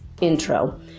intro